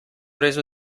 reso